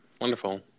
Wonderful